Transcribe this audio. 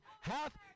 half